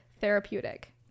therapeutic